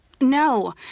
no